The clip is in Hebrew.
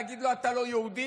להגיד לו: אתה לא יהודי,